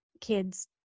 kids